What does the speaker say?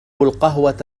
القهوة